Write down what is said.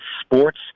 sports